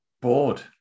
bored